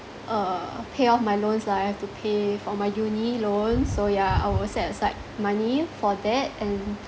uh pay off my loans lah I have to pay for my uni loan so yeah I will set aside money for that and